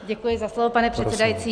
Děkuji za slovo, pane předsedající.